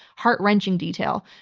heart-wrenching detail.